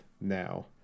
now